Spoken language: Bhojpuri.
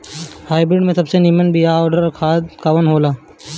हाइब्रिड के सबसे नीमन बीया अउर खाद कवन हो ला?